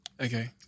Okay